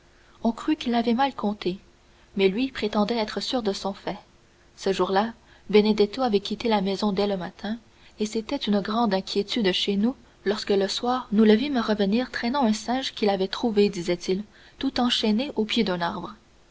on crut qu'il avait mal compté mais lui prétendait être sûr de son fait ce jour-là benedetto avait quitté la maison dès le matin et c'était une grande inquiétude chez nous lorsque le soir nous le vîmes revenir traînant un singe qu'il avait trouvé disait-il tout enchaîné au pied d'un arbre